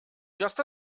just